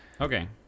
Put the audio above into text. okay